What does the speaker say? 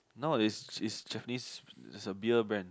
nowadays is Japanese is a beer brand